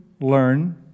learn